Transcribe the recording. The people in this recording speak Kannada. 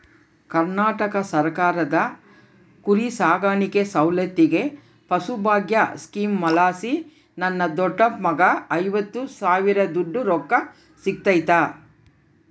ಕರ್ನಾಟಕ ಸರ್ಕಾರದ ಕುರಿಸಾಕಾಣಿಕೆ ಸೌಲತ್ತಿಗೆ ಪಶುಭಾಗ್ಯ ಸ್ಕೀಮಲಾಸಿ ನನ್ನ ದೊಡ್ಡಪ್ಪಗ್ಗ ಐವತ್ತು ಸಾವಿರದೋಟು ರೊಕ್ಕ ಸಿಕ್ಕತೆ